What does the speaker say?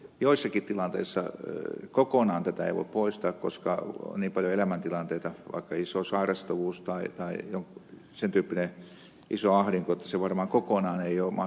joissakin tilanteissa kokonaan tätä ei voi poistaa koska on niin paljon elämäntilanteita vaikka iso sairastavuus tai joku sen tyyppinen iso ahdinko että se varmaan kokonaan ei ole mahdollista